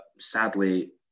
sadly